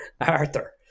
Arthur